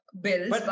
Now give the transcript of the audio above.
bills